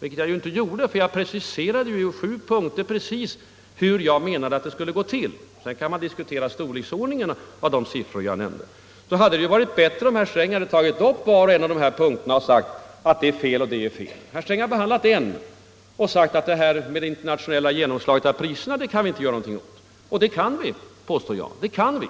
vilket jag inte gjorde, för jag preciserade i sju punkter exakt hur jag menade att det skulle gå till — sedan kan man naturligtvis diskutera storleksordningen av de siffror jag nämnde — hade det varit bättre om herr Sträng tagit upp var och en av dessa punkter och sagt att det och det var fel. Herr Sträng har behandlat en punkt och sagt att det internationella genomslaget på priserna kan vi inte göra något åt. Det kan vi, påstår jag.